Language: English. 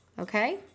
Okay